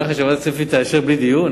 נראה לך שוועדת הכספים תאשר בלי דיון?